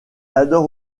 adore